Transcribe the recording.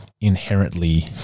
inherently